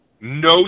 no